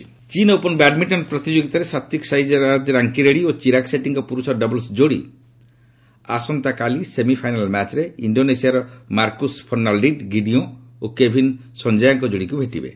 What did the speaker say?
badminton ଚୀନ୍ open badminton ପ୍ରତିଯୋଗିତାରେ Satwik Sairaj Rankireddy ଓ ଚିରାଗ୍ ସେଟ୍ଟୀଙ୍କ ପୁରୁଷ ଡବଲ୍ସ ଯୋଡ଼ି ଆସନ୍ତାକାଲି ସେମିଫାଇନାଲ୍ ମ୍ୟାଚ୍ରେ ଇଣ୍ଡୋନେସିଆର ମାର୍କୁସ୍ ଫର୍ଷାଲ୍ଡି ଗିଡିଓଁ ଓ କେଭିନ୍ ସଞ୍ଜୟାଙ୍କ ଯୋଡ଼ିକୁ ଭେଟିବେ